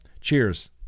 Cheers